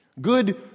Good